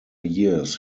years